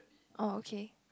oh okay